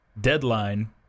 deadline